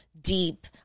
deep